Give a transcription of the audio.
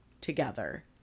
together